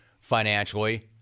financially